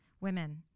women